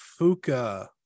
Fuka